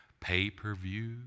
Pay-per-view